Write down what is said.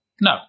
No